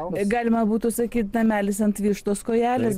galima būtų sakyti namelis ant vištos kojelės